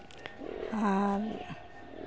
ᱟᱨ